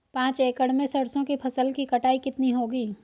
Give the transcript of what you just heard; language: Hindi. पांच एकड़ में सरसों की फसल की कटाई कितनी होगी?